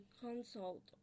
consult